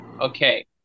Okay